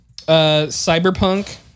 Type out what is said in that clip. Cyberpunk